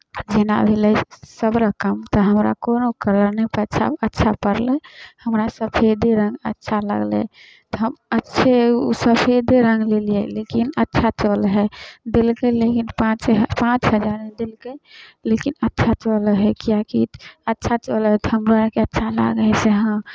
जेना भेलै सब रङ्ग तऽ हमरा कोनो कलर नहि अच्छा पड़लै हमरा सफेदे रङ्ग अच्छा लगलै तऽ हम अच्छे ओ सफेदे रङ्ग लेलिए लेकिन अच्छा चलै हइ देलकै लेकिन पाँचे हजारमे पाँच हजारमे देलकै लेकिन अच्छा चलै हइ किएकि अच्छा चलै हइ तऽ हमरो आरके अच्छा लागै हइ से हँ